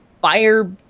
fire